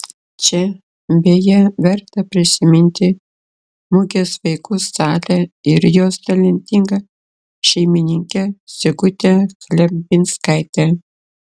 čia beje verta prisiminti mugės vaikų salę ir jos talentingą šeimininkę sigutę chlebinskaitę